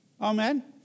Amen